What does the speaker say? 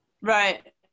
Right